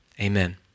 amen